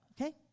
Okay